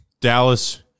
Dallas